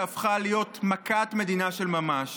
שהפכה להיות מכת מדינה של ממש.